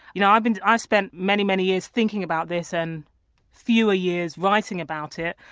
you know i've and i've spent many many years thinking about this, and fewer years writing about it,